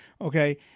Okay